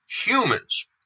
humans